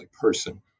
person